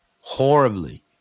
horribly